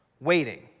waiting